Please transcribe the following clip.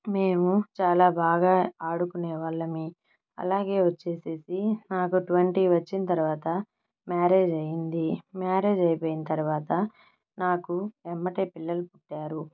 మేము చాలా బాగా ఆడుకునేవాళ్ళము అలాగే వచ్చేసేసి నాకు ట్వంటీ వచ్చిన తర్వాత మ్యారేజ్ అయింది మ్యారేజ్ అయిపోయిన తర్వాత నాకు వెంటనే పిల్లలు పుట్టారు